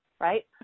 right